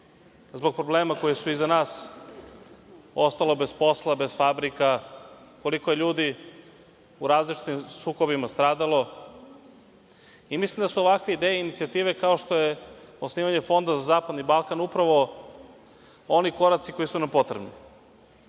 zbog problema koji su iza nas ostalo bez posla, bez fabrika, koliko je ljudi u različitim sukobima stradalo. Mislim da su ovakve ideje i inicijative, kao što je osnivanje Fonda za zapadni Balkan, upravo oni koraci koji su nam potrebni.